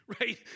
right